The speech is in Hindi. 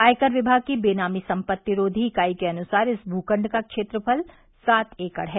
आयकर दिमाग की बेनामी सम्मत्ति रोधी इकाई के अनुसार इस भूखण्ड का क्षेत्रफल सात एकड़ है